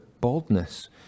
baldness